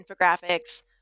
infographics